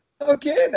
Okay